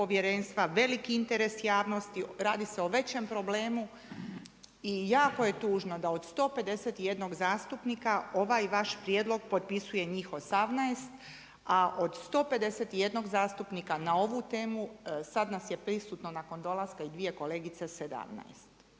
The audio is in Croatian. veliki interes javnosti, radi se o većem problemu i jako je tužno da od 151 zastupnika, ovaj vaš prijedlog potpisuje njih 18, a od 151 zastupnika na ovu temu, sad nas je prisutno nakon dolaska i dvije kolegice, 17.